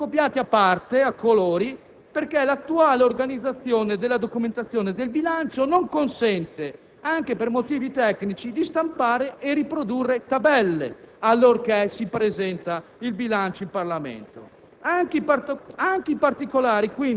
Questi fogli sono stati fotocopiati a parte a colori perché l'attuale organizzazione della documentazione del bilancio non consente, anche per motivi tecnici, di stampare e riprodurre tabelle allorché si presenta il bilancio in Parlamento.